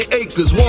acres